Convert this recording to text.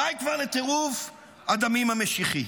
די כבר לטירוף הדמים המשיחי.